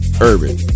urban